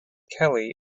kelly